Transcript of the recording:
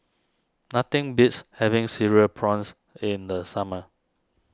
nothing beats having Cereal Prawns in the summer